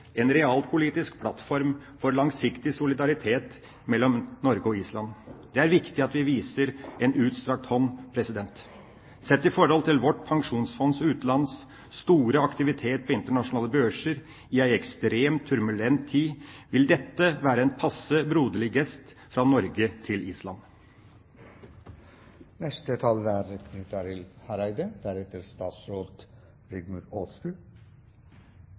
en realpolitisk plattform for langsiktig solidaritet mellom Norge og Island. Det er viktig at vi viser en utstrakt hånd. Sett i forhold til Statens pensjonsfond – Utlands store aktivitet på internasjonale børser i en ekstremt turbulent tid vil dette være en passe broderlig gest fra Norge til Island.